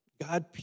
God